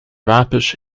wapens